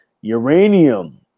Uranium